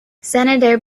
senator